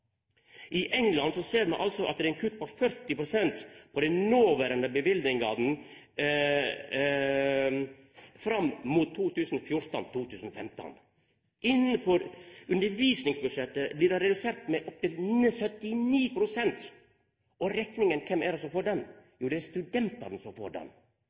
I England ser me kutt på 40 pst. på dei noverande løyvingane fram mot 2014–2015. Innanfor undervisningsbudsjettet blir dei reduserte med opptil 79 pst. Og kven får rekninga? Jo, det er studentane som får ho. Det er ikkje den